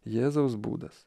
jėzaus būdas